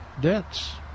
debts